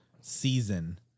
season